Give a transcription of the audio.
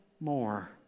more